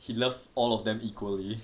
he love all of them equally